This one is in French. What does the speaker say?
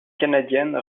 canadienne